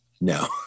No